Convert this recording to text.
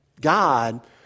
God